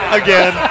again